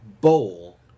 bowl